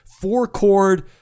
four-chord